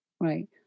right